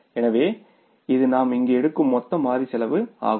எனவே இது நாம் இங்கு எடுக்கும் மொத்த மாறி செலவு ஆகும்